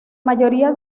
mayoría